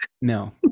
No